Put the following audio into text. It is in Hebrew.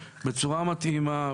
בצורה מתאימה,